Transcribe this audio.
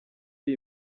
iri